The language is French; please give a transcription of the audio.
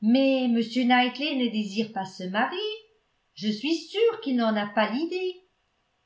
mais m knightley ne désire pas se marier je suis sûre qu'il n'en a pas l'idée